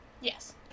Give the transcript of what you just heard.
Yes